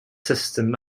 system